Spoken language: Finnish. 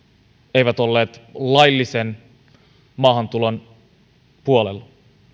eivät olleet laillisen maahantulon puolella